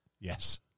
Yes